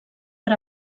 per